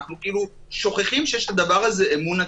אנחנו שוכחים שיש את הדבר הזה אמון הציבור.